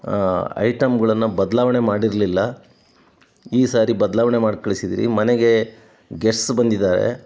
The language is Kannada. ಐಟಮ್ಗಳನ್ನು ಬದಲಾವಣೆ ಮಾಡಿರಲಿಲ್ಲ ಈ ಸಾರಿ ಬದಲಾವಣೆ ಮಾಡಿ ಕಳಿಸಿದ್ರಿ ಮನೆಗೆ ಗೆಸ್ಟ್ಸ್ ಬಂದಿದ್ದಾರೆ